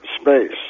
space